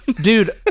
Dude